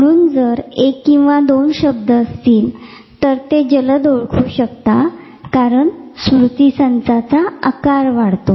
म्हणून जर 1 किंवा दोन शब्द असतील तर ते तुम्ही जलद ओळखू शकता कारण स्मृती संचाचा आकार वाढतो